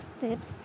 tips